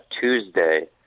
Tuesday